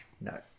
No